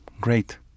great